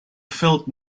felt